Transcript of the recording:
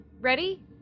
ready